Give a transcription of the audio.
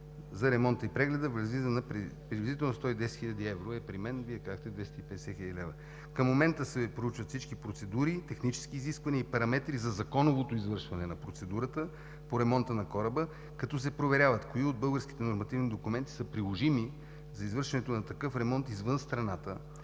за ремонта и прегледа възлиза приблизително на 110 хил. евро – Вие казахте 250 хил. лв. Към момента се проучват всички процедури, технически изисквания и параметри за законовото извършване на процедурата по ремонта на кораба, като се проверява кои от българските нормативни документи са приложими за извършването на такъв ремонт извън страната